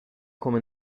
come